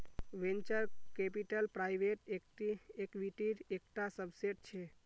venture capital private इक्विटीर एक टा सबसेट छे